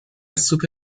سوپ